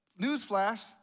Newsflash